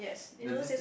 does it say